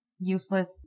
useless